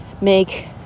make